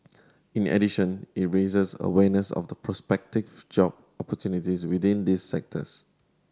in addition it raises awareness of the prospective job opportunities within these sectors